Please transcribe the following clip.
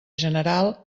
general